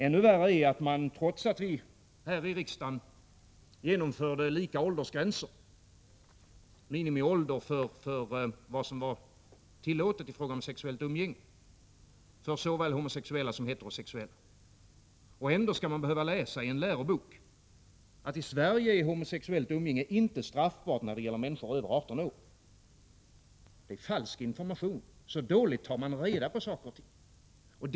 Ännu värre är att man, trots att vi här i riksdagen genomförde att samma minimiålder när det gäller vad som är tillåtet i fråga om sexuellt umgänge skulle gälla för homosexuella och heterosexuella, skall behöva läsa i en lärobok att homosexuellt umgänge inte är straffbart i Sverige när det gäller människor över 18 år. Det är falsk information. Så dåligt har man reda på saker och ting.